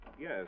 Yes